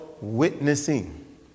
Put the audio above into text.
witnessing